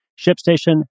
ShipStation